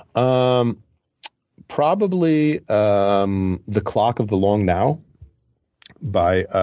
um probably um the clock of the long now by